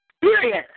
period